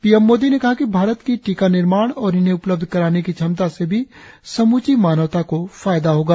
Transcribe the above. P M Modi ने कहा कि भारत की टीका निर्माण और इन्हें उपलब्ध कराने की क्षमता से भी समूची मानवता को फायदा होगा